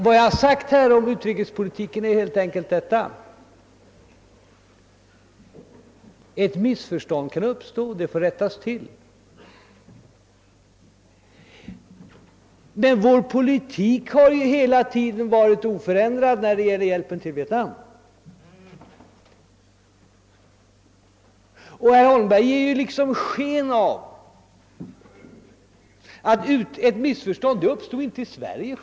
Vad jag sagt om utrikespolitiken var helt enkelt att missförstånd kan uppstå och att de i så fall får rättas till. Men vår politik har hela tiden varit oförändrad när det gäller hjälpen till Vietnam. Herr Holmberg tycks vilja ge sken av att missförståndet inte uppstod först i Sverige.